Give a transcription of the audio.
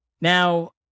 Now